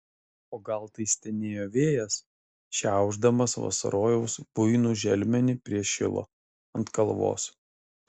o gal tai stenėjo vėjas šiaušdamas vasarojaus buinų želmenį prie šilo ant kalvos